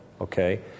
okay